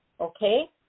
Okay